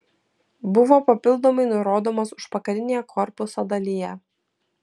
buvo papildomai nurodomas užpakalinėje korpuso dalyje